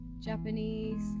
Japanese